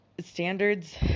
standards